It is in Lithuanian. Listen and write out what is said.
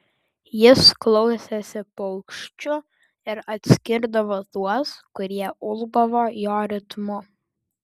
jis klausėsi paukščių ir atskirdavo tuos kurie ulbavo jo ritmu